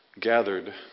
gathered